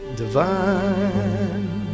divine